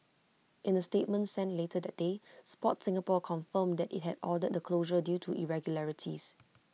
in A statement sent later that day Sport Singapore confirmed that IT had ordered the closure due to the irregularities